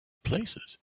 places